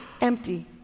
empty